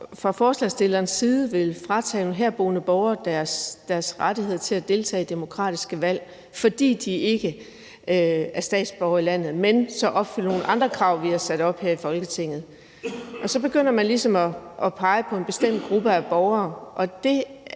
fra forslagsstillernes side vil fratage nogle herboende borgere deres rettigheder til at deltage i demokratiske valg, fordi de ikke er statsborgere i landet, men så opfylder nogle andre krav, vi har sat op her i Folketinget. Og så begynder man ligesom at pege på en bestemt gruppe af borgere,